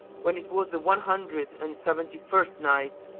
when it was the one hundred and seventy-first night,